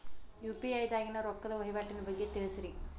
UPI ದಾಗಿನ ರೊಕ್ಕದ ವಹಿವಾಟಿನ ಬಗ್ಗೆ ತಿಳಸ್ರಿ